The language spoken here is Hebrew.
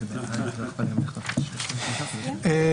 שוב,